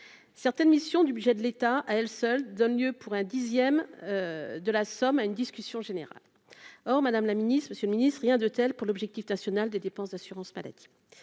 certaines missions du budget de l'État, à elle seule donne lieu pour un 10ème de la somme à une discussion générale, or, Madame la Ministre, Monsieur le Ministre, rien de tel pour l'objectif national des dépenses d'assurance-maladie,